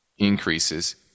increases